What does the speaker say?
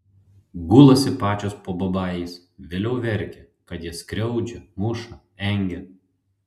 gulasi pačios po babajais vėliau verkia kad jas skriaudžia muša engia